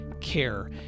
care